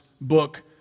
book